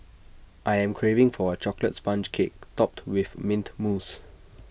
I am craving for A Chocolate Sponge Cake Topped with Mint Mousse